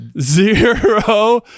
zero